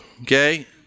okay